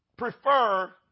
prefer